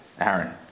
Aaron